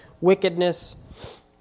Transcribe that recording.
wickedness